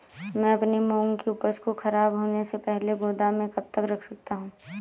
मैं अपनी मूंग की उपज को ख़राब होने से पहले गोदाम में कब तक रख सकता हूँ?